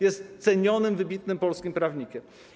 Jest cenionym, wybitnym polskim prawnikiem.